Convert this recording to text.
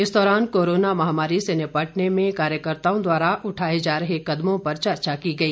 इस दौरान कोरोना महामारी से निपटने में कार्यकर्ताओं द्वारा उठाए जा रहे कदमों पर चर्चा की गई